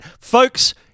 Folks